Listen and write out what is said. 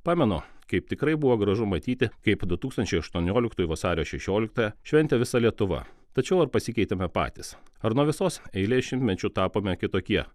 pamenu kaip tikrai buvo gražu matyti kaip du tūkstančiai aštuonioliktųjų vasario šešioliktąją šventė visa lietuva tačiau ar pasikeitėme patys ar nuo visos eilės šimtmečių tapome kitokie